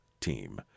team